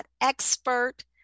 Expert